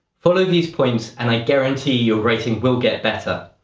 follow these points, and i guarantee your writing will get better.